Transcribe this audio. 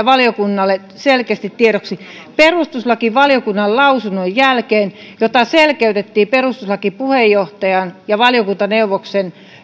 valiokunnalle selkeästi tiedoksi perustuslakivaliokunnan lausunnon jälkeen jota selkeytettiin perustuslakivaliokunnan puheenjohtajan ja valiokuntaneuvoksen